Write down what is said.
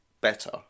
better